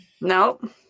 Nope